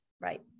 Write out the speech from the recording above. Right